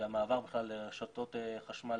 והמעבר בכלל לרשתות חשמל